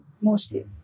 mostly